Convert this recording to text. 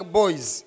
boys